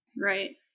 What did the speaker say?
right